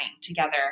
together